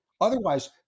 Otherwise